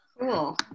cool